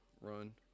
run